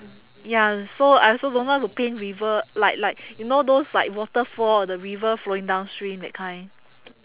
ya so I also don't know how to paint river like like you know those like waterfall or the river flowing downstream that kind